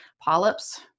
polyps